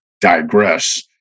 digress